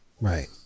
Right